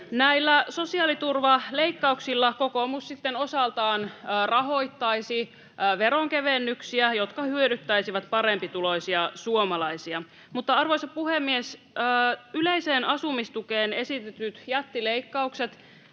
Näillä sosiaaliturvaleikkauksilla kokoomus sitten osaltaan rahoittaisi veronkevennyksiä, jotka hyödyttäisivät parempituloisia suomalaisia. Arvoisa puhemies! Yleiseen asumistukeen esitetyt jättileikkaukset